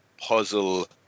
puzzle